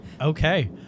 Okay